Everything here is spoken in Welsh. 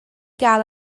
gael